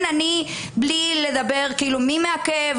בלי לדבר על מי מעכב,